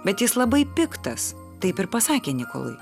bet jis labai piktas taip ir pasakė nikolui